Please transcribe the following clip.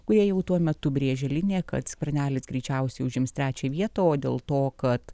kurie jau tuo metu brėžė liniją kad skvernelis greičiausiai užims trečią vietą o dėl to kad